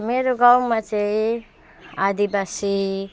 मेरो गाउँमा चाहिँ आदिबासी